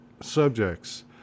subjects